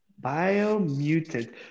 Biomutant